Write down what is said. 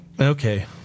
Okay